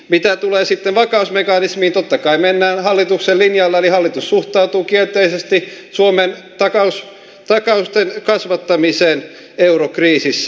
mitä tulee sitten vakausmekanismiin totta kai mennään hallituksen linjalla eli hallitus suhtautuu kielteisesti suomen takausten kasvattamiseen eurokriisissä